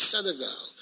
Senegal